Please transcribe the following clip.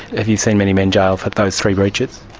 have you seen many men jailed for those three breaches?